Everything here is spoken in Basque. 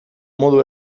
modu